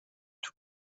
توو